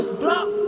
block